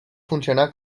funcionar